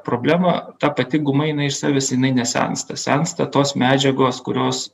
problema ta pati guma jinai iš savęs jinai nesensta sensta tos medžiagos kurios